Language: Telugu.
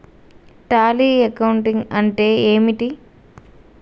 టాలీ అకౌంటింగ్ అంటే ఏమిటి?